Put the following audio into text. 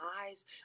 eyes